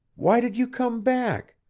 why did you come back?